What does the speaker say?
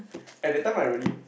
at that time I really